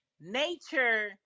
nature